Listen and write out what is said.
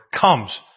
comes